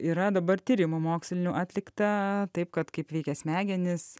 yra dabar tyrimų mokslinių atlikta taip kad kaip veikia smegenis